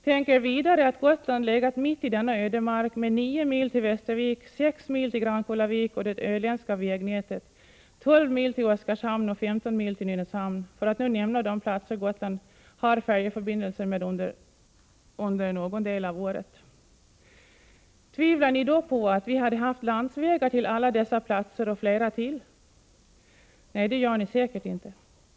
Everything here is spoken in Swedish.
Tänk er vidare att Gotland legat mitt i denna ödemark med nio mil till Västervik, sex mil till Grankullavik och det öländska vägnätet, tolv mil till Oskarshamn och femton mil till Nynäshamn, för att nu nämna de platser Gotland har färjeförbindelser med under någon del av året. Tvivlar ni då på, att vi hade haft landsvägar till alla dessa platser och flera till? Nej det gör ni säkert inte.